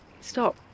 stop